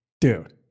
dude